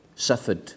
Suffered